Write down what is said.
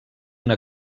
una